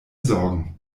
sorgen